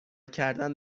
کردن